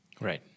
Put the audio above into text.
Right